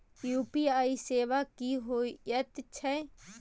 UPI सेवा की होयत छै?